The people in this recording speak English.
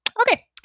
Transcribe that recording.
Okay